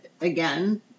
again